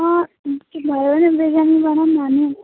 अँ कि भयो भने बिरयानी बनाउँ न अनि